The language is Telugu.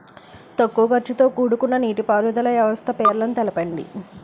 తక్కువ ఖర్చుతో కూడుకున్న నీటిపారుదల వ్యవస్థల పేర్లను తెలపండి?